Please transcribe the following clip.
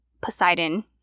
Poseidon